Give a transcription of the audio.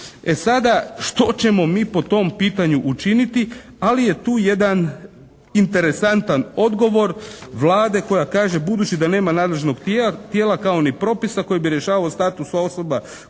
E sada što ćemo mi po tom pitanju učiniti ali je tu jedan interesantan odgovor Vlade koja kaže: «Budući da nema nadležnog tijela kao ni propisa koji bi rješavao status osoba koje su